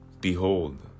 Behold